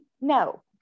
no